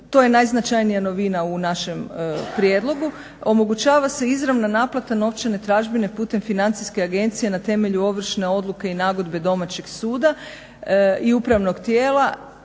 to je najznačajnija novina u našem prijedlogu. Omogućava se izravna naplata novčane tražbine putem Financijske agencije na temelju ovršne odluke i nagodbe domaćeg suda i upravnog tijela,